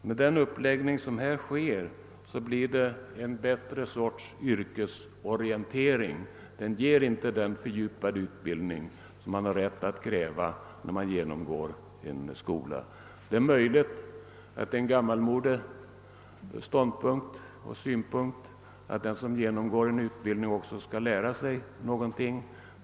Med den uppläggning som här sker blir det en bättre sorts yrkesorientering. Den ger inte den fördjupade utbildning som man har rätt att kräva när man genomgår en skola. Det är möjligt att det är en gammalmodig ståndpunkt och synpunkt att den som genomgår en utbildning också skall lära sig någonting.